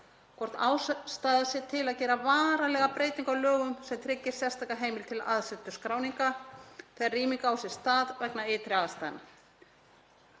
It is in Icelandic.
hvort ástæða sé til að gera varanlega breytingu á lögum sem tryggir sérstakra heimild til aðsetursskráningar þegar rýming á sér stað vegna ytri aðstæðna.